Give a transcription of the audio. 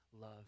love